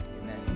amen